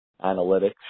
analytics